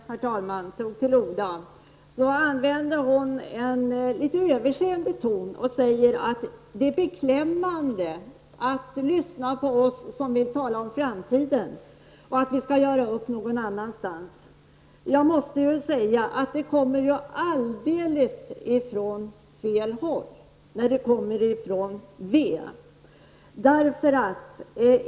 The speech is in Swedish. Herr talman! När Gudrun Schyman tog till orda använde hon en litet överseende ton och sade att det var beklämmande att lyssna till oss som vill tala om framtiden och att vi skall göra upp någon annanstans. Det påståendet kommer från alldeles fel håll när det kommer från vänsterpartiet.